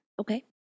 Okay